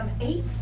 eight